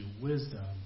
wisdom